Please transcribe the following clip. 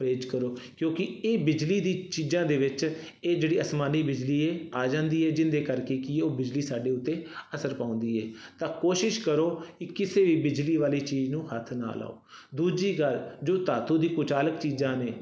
ਪਰਹੇਜ਼ ਕਰੋ ਕਿਉਂਕਿ ਇਹ ਬਿਜਲੀ ਦੀ ਚੀਜ਼ਾਂ ਦੇ ਵਿੱਚ ਇਹ ਜਿਹੜੀ ਅਸਮਾਨੀ ਬਿਜਲੀ ਹੈ ਆ ਜਾਂਦੀ ਹੈ ਜਿਹਦੇ ਕਰਕੇ ਕੀ ਉਹ ਬਿਜਲੀ ਸਾਡੇ ਉੱਤੇ ਅਸਰ ਪਾਉਂਦੀ ਹੈ ਤਾਂ ਕੋਸ਼ਿਸ਼ ਕਰੋ ਕਿ ਕਿਸੇ ਵੀ ਬਿਜਲੀ ਵਾਲੀ ਚੀਜ਼ ਨੂੰ ਹੱਥ ਨਾ ਲਾਓ ਦੂਜੀ ਗੱਲ ਜੋ ਧਾਤੂ ਦੀ ਕੁਚਾਲਕ ਚੀਜ਼ਾਂ ਨੇ